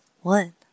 one